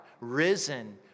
risen